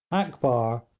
akbar,